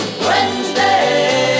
Wednesday